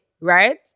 right